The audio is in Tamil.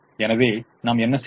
எனவே நாம் என்ன செய்வது